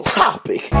topic